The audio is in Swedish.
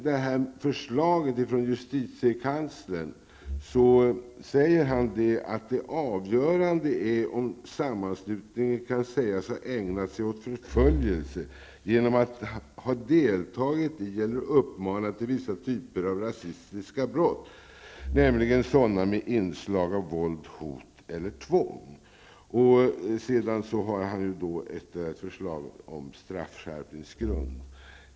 I förslaget från justitiekanslern sägs att det avgörande är om sammanslutningen kan sägas ha ägnat sig åt förföljelse genom att ha deltagit i eller uppmanat till vissa typer av rasistiska brott, nämligen sådana med inslag av våld, hot eller tvång. Sedan har han ett förslag om straffskärpningsgrund.